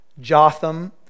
Jotham